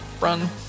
run